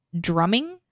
drumming